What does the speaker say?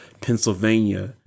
Pennsylvania